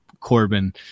Corbin